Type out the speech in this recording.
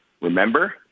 remember